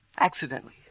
accidentally